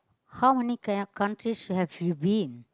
how many coun~ countries have you been